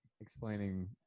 explaining